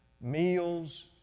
meals